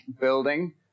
building